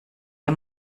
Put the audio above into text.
ihr